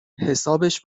حسابش